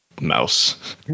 mouse